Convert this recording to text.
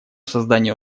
создание